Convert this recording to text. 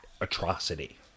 atrocity